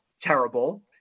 terrible